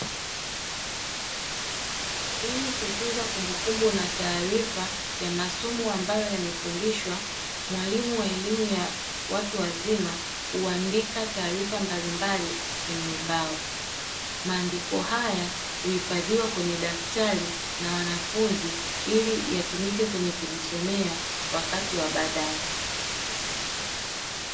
Ili kutunza kumbukumbu na taarifa ya masomo ambayo yamefundishwa mwalimu wa elimu ya watu wazima huandika taarifa mbalimbali kwenye ubao. Maandiko haya huifadhiwa kwenye daftari na wanafunzi ili yatumike kwenye kujisomea wakati wa baadae.